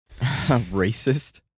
Racist